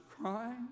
crying